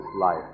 life